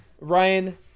Ryan